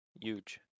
Huge